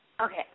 Okay